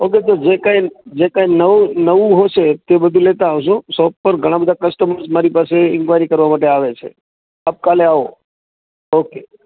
okay તો જે કાઇ જે કાઇ નવું નવું હશે તે બધુ લેતા આવશો પ્રોપર ઘણા બધા કસ્ટમર્સ મારી પાસે ઇન્ક્વાયરી કરવા માટે આવે છે આપ કાલે અવૉ ઓકે